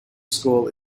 school